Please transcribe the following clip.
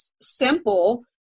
simple